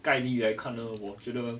概率来看呢我觉得